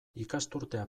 ikasturtea